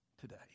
today